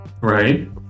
right